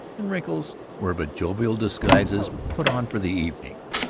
and wrinkles were but jovial disguises put on for the evening.